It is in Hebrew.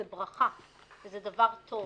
זאת ברכה וזה דבר טוב,